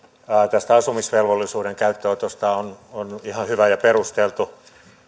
tästä asumisvelvollisuuden käyttöönotosta on ihan hyvä ja perusteltu